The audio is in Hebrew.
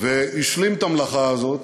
והשלים את המלאכה הזאת